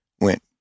went